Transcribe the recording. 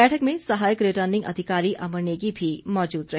बैठक में सहायक रिटर्निंग अधिकारी अमर नेगी भी मौजूद रहे